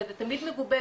וזה תמיד מגובה,